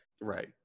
Right